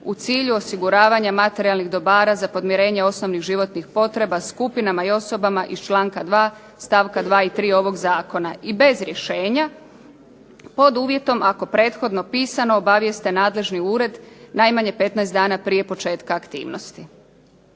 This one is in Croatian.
u cilju osiguravanja materijalnih dobara za podmirenje osnovnih životnih potreba skupinama i osobama iz članka 2. stavka 2. i 3. ovog zakona i bez rješenja, pod uvjetom ako prethodno pisano obavijeste nadležni ured najmanje 15 dana prije početka aktivnosti.